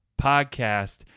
podcast